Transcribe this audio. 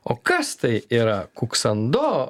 o kas tai yra kuksando